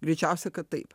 greičiausia kad taip